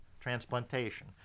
transplantation